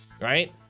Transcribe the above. right